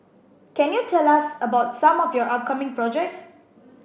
can you tell us about some of your upcoming projects